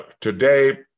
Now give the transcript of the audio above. today